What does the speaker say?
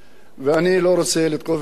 יש הרבה חברי כנסת היום,